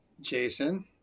Jason